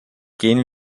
gehen